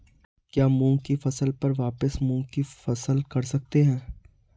क्या मूंग की फसल पर वापिस मूंग की फसल कर सकते हैं?